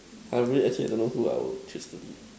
I would actually I don't know who I will choose to lead